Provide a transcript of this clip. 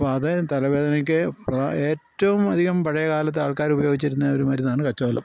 അപ്പോൾ അത് തലവേദനയ്ക്ക് ഏറ്റവും അധികം പഴയകാലത്ത് ആൾക്കാർ ഉപയോഗിച്ചിരുന്ന ഒരു മരുന്നാണ് കച്ചോലം